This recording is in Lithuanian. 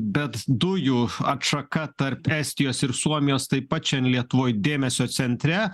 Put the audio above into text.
bet dujų atšaka tarp estijos ir suomijos taip pat šian lietuvoj dėmesio centre